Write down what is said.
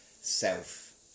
Self